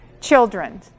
children